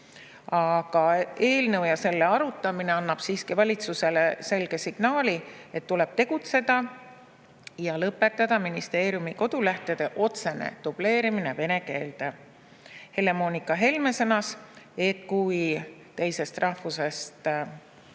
Aga eelnõu ja selle arutamine annab siiski valitsusele selge signaali, et tuleb tegutseda ja lõpetada ministeeriumide kodulehtede otsene dubleerimine vene keelde. Helle-Moonika Helme sõnas, et kui teisest rahvusest